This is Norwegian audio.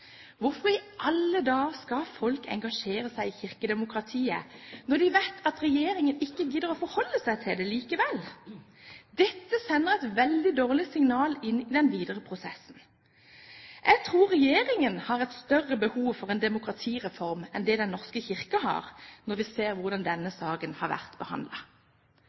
Hvorfor i alle dager skal folk engasjere seg i kirkedemokratiet når de vet at regjeringen ikke gidder å forholde seg til det likevel? Dette sender et veldig dårlig signal inn i den videre prosessen. Jeg tror regjeringen har et større behov for en demokratireform enn Den norske kirke har, når vi ser hvordan denne saken har vært